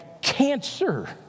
cancer